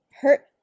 hurt